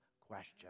question